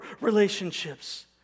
relationships